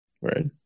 right